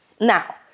now